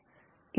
यह विश्लेषण है